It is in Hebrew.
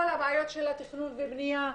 בעיות תכנון ובניה,